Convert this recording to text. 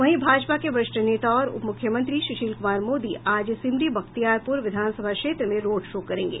वहीं भाजपा के वरिष्ठ नेता और उपमुख्यमंत्री सुशील कुमार मोदी आज सिमरी बख्तियारपुर विधानसभा क्षेत्र में रोड शो करेंगे